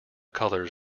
colours